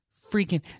freaking